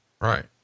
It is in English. Right